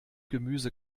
gemüse